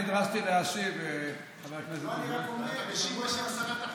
אבל הנשיאות יכולה להחליט איזה שר היא רוצה להביא.